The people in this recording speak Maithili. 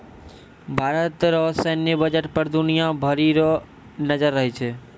भारत रो सैन्य बजट पर दुनिया भरी रो नजर रहै छै